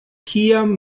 kiam